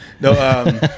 no